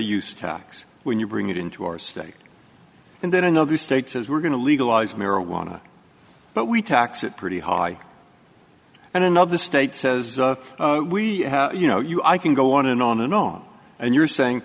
use tax when you bring it into our state and then another state says we're going to legalize marijuana but we tax it pretty high and another state says we you know you i can go on and on and on and you're saying